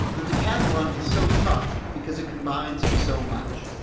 the decathlon is so tough because it combines so much.